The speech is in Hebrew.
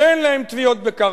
שאין להם תביעות בקרקע.